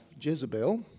Jezebel